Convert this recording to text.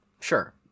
Sure